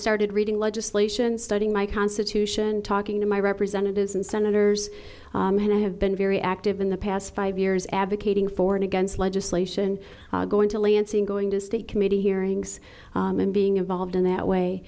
started reading legislation studying my constitution talking to my representatives and senators and i have been very active in the past five years advocating for and against legislation going to lansing going to state committee hearings and being involved in that